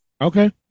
Okay